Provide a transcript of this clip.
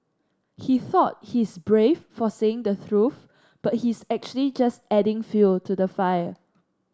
he thought he's brave for saying the truth but he's actually just adding fuel to the fire